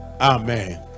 Amen